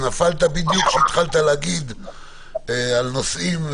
נקטעת בדיוק כשהתחלת לדבר על נושאים,